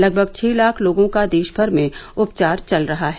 लगभग छह लाख लोगों का देश भर में उपचार चल रहा है